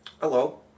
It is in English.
Hello